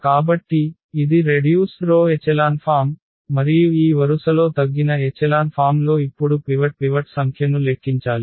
కాబట్టి ఇది reduced row echelon form మరియు ఈ వరుసలో తగ్గిన ఎచెలాన్ ఫామ్ లొ ఇప్పుడు పివట్ సంఖ్యను లెక్కించాలి